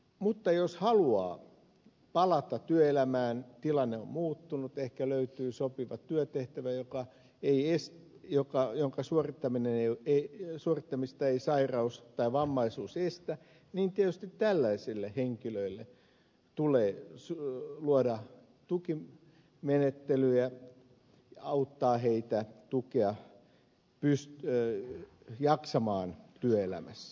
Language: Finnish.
mutta jos haluaa palata työelämään tilanne on muuttunut ehkä löytyy sopiva työtehtävä jonka suorittamista ei sairaus tai vammaisuus estä niin tietysti tällaisille henkilöille tulee luoda tukimenettelyjä ja auttaa heitä tukea jaksamaan työelämässä